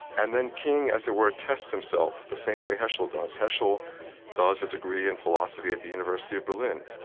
and then king, as it were, tests himself, the same way heschel does. heschel does a degree in philosophy at the university of berlin.